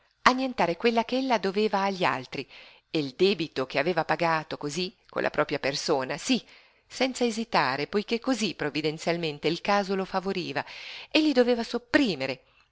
annientare quella che ella doveva agli altri e il debito che aveva pagato con la propria persona sí senza esitare poiché cosí provvidenzialmente il caso lo favoriva egli doveva sopprimere